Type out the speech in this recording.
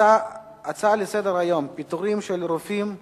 הצעות לסדר-היום: פיטורי רופאים במד"א,